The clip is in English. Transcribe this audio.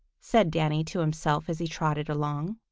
said danny to himself as he trotted along.